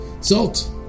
salt